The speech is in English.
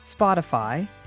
Spotify